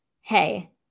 Hey